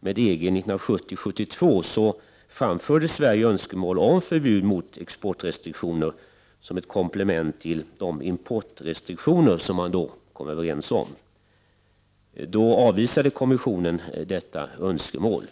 med EG 1970-1972 framförde Sverige önskemål om förbud mot exportrestriktioner, detta som ett komplement till de importrestriktioner som vi då kom överens om. Då avvisade kommissionen detta önskemål.